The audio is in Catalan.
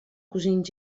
cosins